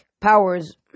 powers